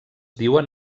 diuen